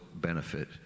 benefit